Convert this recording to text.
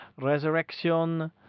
resurrection